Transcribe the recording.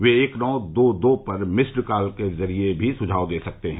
वे एक नौ दो दो पर मिस्ड कॉल के जरिए भी सुझाव दे सकते हैं